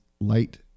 light